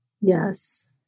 Yes